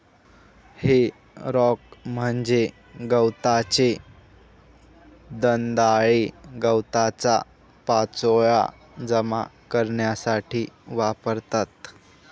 हे रॅक म्हणजे गवताचे दंताळे गवताचा पाचोळा जमा करण्यासाठी वापरतात